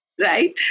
right